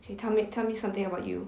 okay tell me tell me something about you